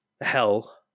Hell